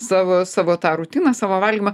savo savo tą rutiną savo valgymą